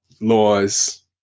laws